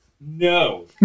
No